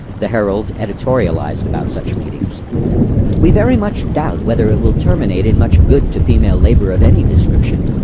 the herald editorialized about such meetings we very much doubt whether it will terminate in much good to female labor of any description.